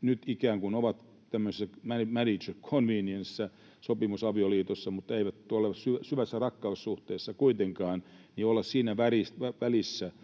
nyt ikään kuin ovat tämmöisessä marriage of conveniencessa, sopimusavioliitossa, mutta eivät ole syvässä rakkaussuhteessa kuitenkaan. Siinä kahden